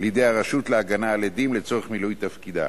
לידי הרשות להגנה על העדים לצורך מילוי תפקידה.